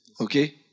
Okay